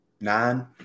nine